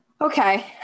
Okay